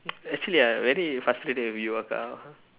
actually I very frustrated with you akka